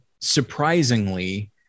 surprisingly